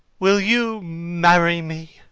will you marry me?